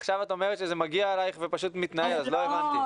ועכשיו את אומרת שזה מגיע אליך ופשוט --- אז לא הבנתי.